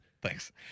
Thanks